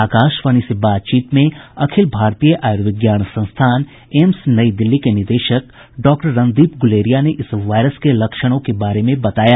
आकाशवाणी से बातचीत में अखिल भारतीय आयुर्विज्ञान संस्थान एम्स नई दिल्ली के निदेशक डॉक्टर रणदीप गुलेरिया ने इस वायरस के लक्षणों के बारे में बताया